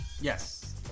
Yes